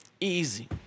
Easy